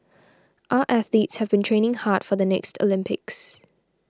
our athletes have been training hard for the next Olympics